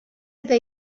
eta